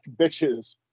Bitches